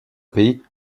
pays